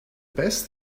best